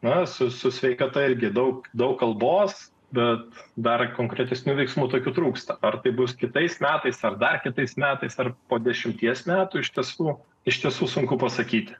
na su sveikata irgi daug daug kalbos bet dar konkretesnių veiksmų tokių trūksta ar tai bus kitais metais ar dar kitais metais ar po dešimties metų iš tiesų iš tiesų sunku pasakyti